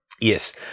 yes